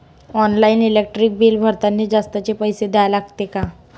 Online electric bill भरतानी जास्तचे पैसे द्या लागते का?